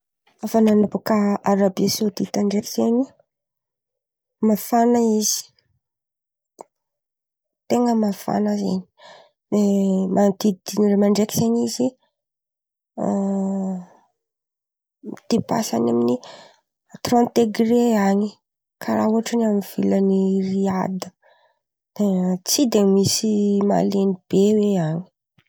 Hafanana bôka Arabia Saodida ndraiky zen̈y, mafana izy, ten̈a mafana zen̈y. De manodididina mandraiky zen̈y izy, a midepasy an̈y amin’ny tiranty degre an̈y, karà ohatra any amin’ny vilan’ny Riady, tsy de misy malen̈y be oe an̈y.